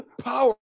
Power